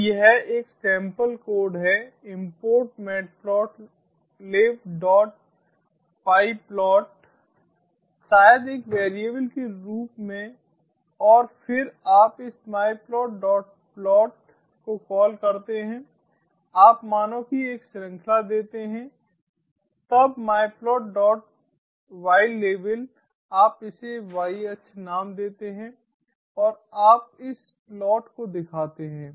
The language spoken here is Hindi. तो यह एक सैंपल कोड है import matplotlib dot pyplot import matplotlibpyplot शायद एक वैरिएबल के रूप में और फिर आप इस मायप्लाट डॉट प्लोट myplotplot को कॉल करते हैं आप मानों की एक श्रृंखला देते हैं तब मायप्लाट डॉट वाईलेवल myplotylable आप इसे y अक्ष नाम देते हैं और आप इस प्लॉट को दिखाते हैं